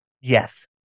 Yes